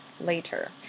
later